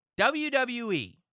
WWE